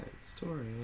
story